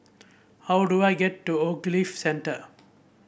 how do I get to Ogilvy Centre